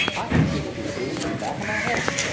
i could see what you were doing from the back of my head.